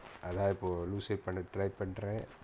alive or loosai பண்ண:panna try பண்றேன்:pandraen